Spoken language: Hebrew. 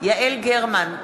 יעל גרמן,